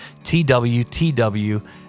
twtw